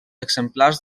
exemplars